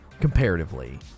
comparatively